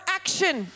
action